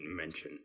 mention